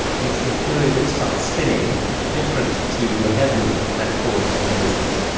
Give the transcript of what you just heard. it's the fluid which starts spinning different to your head movement that causes the dizziness.